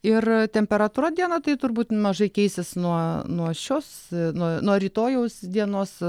ir temperatūra dieną tai turbūt mažai keisis nuo nuo šios nuo nuo rytojaus dienos